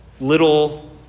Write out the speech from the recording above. little